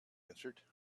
answered